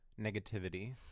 negativity